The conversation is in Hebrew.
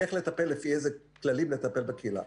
איך לטפל לפי איזה כללים לטפל בקהילה,